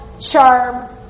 charm